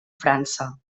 frança